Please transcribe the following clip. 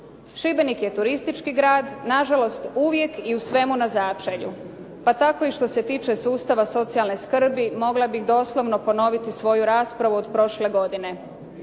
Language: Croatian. Šibenik je turistički grad. Nažalost, uvijek i u svemu na začelju, pa tako i što se tiče sustava socijalne skrbi mogla bih doslovno ponoviti svoju raspravu od prošle godine.